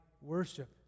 worship